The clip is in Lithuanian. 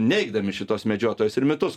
neigdami šituos medžiotojus ir mitus